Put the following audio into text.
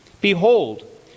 Behold